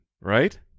right